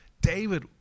David